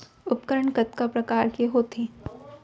उपकरण कतका प्रकार के होथे?